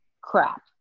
crap